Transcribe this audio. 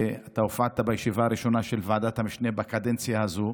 ואתה הופעת בישיבה הראשונה של ועדת המשנה בקדנציה הזאת,